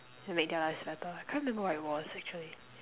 makes their lives better I can't remember what it was actually